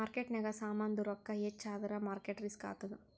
ಮಾರ್ಕೆಟ್ನಾಗ್ ಸಾಮಾಂದು ರೊಕ್ಕಾ ಹೆಚ್ಚ ಆದುರ್ ಮಾರ್ಕೇಟ್ ರಿಸ್ಕ್ ಆತ್ತುದ್